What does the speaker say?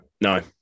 No